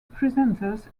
presenters